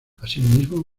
asimismo